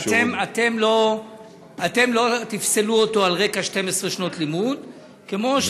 אתם לא תפסלו אותו על 12 שנות לימוד כמו,